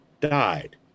died